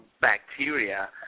bacteria